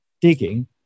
digging